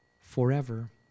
forever